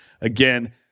again